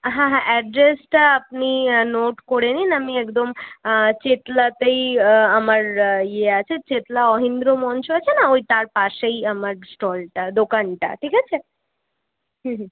হ্যাঁ হ্যাঁ অ্যাড্রেসটা আপনি নোট করে নিন আমি একদম চেতলাতেই আমার ইয়ে আছে চেতলা অহীন্দ্র মঞ্চ আছে না ওই তার পাশেই আমার স্টলটা দোকানটা ঠিক আছে হুম হুম